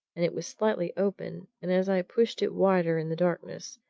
and it was slightly open, and as i pushed it wider in the darkness,